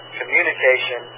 communication